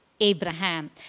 Abraham